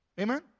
Amen